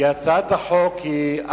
כי הצעת החוק היא